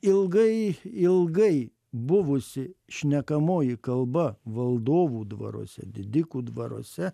ilgai ilgai buvusi šnekamoji kalba valdovų dvaruose didikų dvaruose